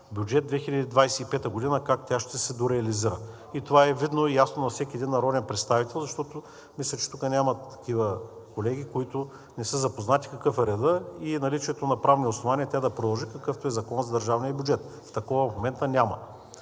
бюджет в 2025 г., как тя ще се дореализира. Това е видно и ясно на всеки един народен представител, защото мисля, че тук няма такива колеги, които не са запознати какъв е редът и наличието на правни основания тя да продължи, какъвто е Законът за държавния бюджет. Такъв в момента няма.